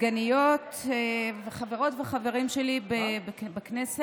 סגניות וחברות וחברים שלי בכנסת,